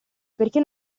perché